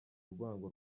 urwango